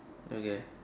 okay